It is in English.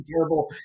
terrible